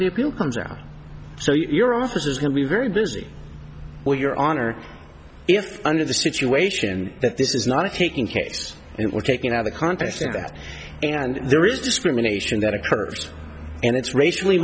the appeal comes out so your office is going to be very busy well your honor if under the situation that this is not a taking case and we're taking out of context that and there is discrimination that occurs and it's racially